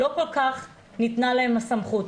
לא ניתנה להם כל כך הסמכות.